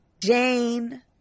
Jane